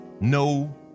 No